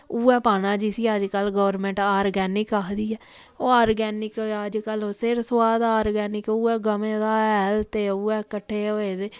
उ'ऐ पाना जिस्सी अजकल्ल गौरमैंट आर्गैनिक आखदी ऐ ओह् आर्गैनिक अजकल्ल सिर सोआह् दा आरगैनिक उ'ऐ गवें दा हैल ते उ'ऐ कट्ठे होऐ दे